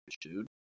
dude